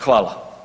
Hvala.